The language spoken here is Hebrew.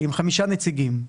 עם חמישה נציגים.